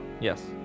yes